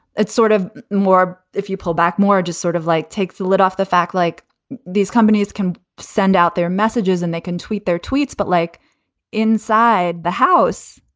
it's sort of more if you pull back more or just sort of like take the lid off the fact like these companies can send out their messages and they can tweet their tweets. but like inside the house,